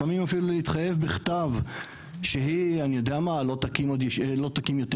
לפעמים אפילו להתחייב בכתב שהיא אני יודע מה לא תקין או לא תקין,